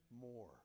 more